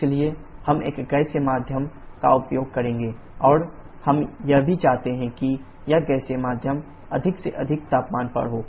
इसलिए हम एक गैसीय माध्यम का उपयोग करेंगे और हम यह भी चाहते हैं कि यह गैसीय माध्यम अधिक से अधिक तापमान पर हो